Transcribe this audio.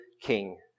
king